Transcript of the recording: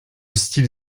style